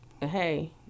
Hey